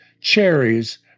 cherries